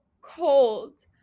cold